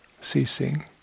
ceasing